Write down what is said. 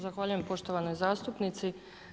Zahvaljujem poštovanoj zastupnici.